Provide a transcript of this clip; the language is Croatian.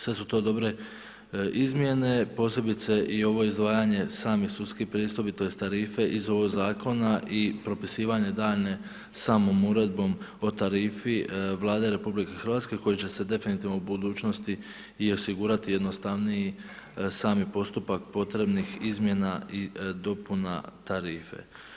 Sve su to dobre izmjene posebice i ovo izdvajanje samih sudskih pristojbi tj. tarife iz ovog zakona i propisivanje daljnje samom uredbom o tarifi Vlade RH koji će se definitivno u budućnosti i osigurati jednostavniji sami postupak potrebnih izmjena i dopuna tarife.